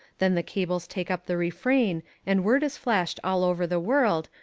then the cables take up the refrain and word is flashed all over the world,